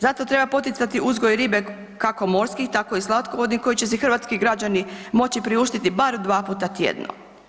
Zato treba poticati uzgoj ribe kako morski tako i slatkovodni koji će si hrvatski građani moći priuštiti bar 2 puta tjedno.